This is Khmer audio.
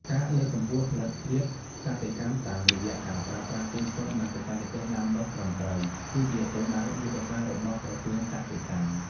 ការលើកកម្ពស់ផលិតភាពកសិកម្មតាមរយៈការប្រើប្រាស់ពូជសុទ្ធ និងបច្ចេកទេសដាំដុះត្រឹមត្រូវ គឺជាគោលដៅយុទ្ធសាស្ត្ររបស់ក្រសួងកសិកម្ម។